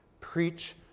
Preach